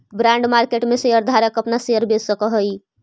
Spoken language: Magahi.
बॉन्ड मार्केट में शेयर धारक अपना शेयर बेच सकऽ हई